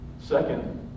Second